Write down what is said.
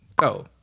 go